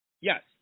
Yes